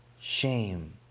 shame